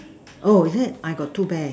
oh is it I got two bear